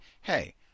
hey